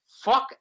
Fuck